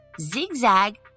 Zigzag